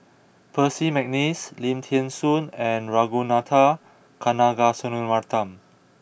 Percy McNeice Lim Thean Soo and Ragunathar Kanagasuntheram